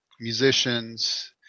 musicians